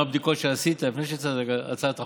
הבדיקות שאתה עשית לפני שהגשת את הצעת החוק,